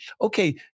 okay